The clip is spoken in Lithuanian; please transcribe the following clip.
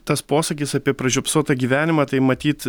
tas posakis apie pražiopsotą gyvenimą tai matyt